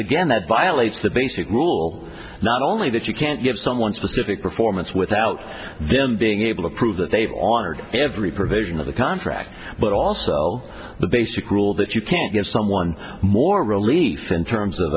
again that violates the basic rule not only that you can't give someone specific performance without them being able to prove that they've offered every provision of the contract but also the basic rule that you can't give someone more relief in terms of